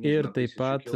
ir taip pat